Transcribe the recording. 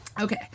Okay